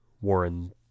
Warren